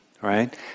right